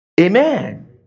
Amen